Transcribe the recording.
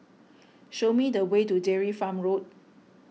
show me the way to Dairy Farm Road